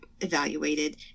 evaluated